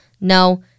no